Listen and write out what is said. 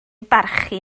barchu